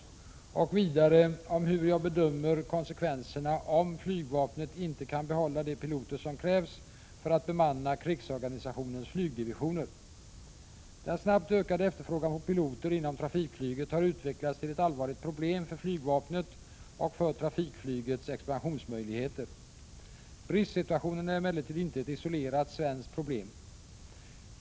Vidare frågar hon hur jag bedömer konsekvenserna, om flygvapnet inte kan behålla de piloter som krävs för att bemanna krigsorganisationens flygdivisioner. Den snabbt ökade efterfrågan på piloter inom trafikflyget har utvecklats till ett allvarligt problem för flygvapnet och för trafikflygets expansionsmöjligheter. Bristsituationen är emellertid inte ett isolerat svenskt problem.